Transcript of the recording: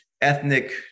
ethnic